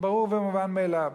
ברור ומובן מאליו.